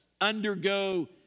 undergo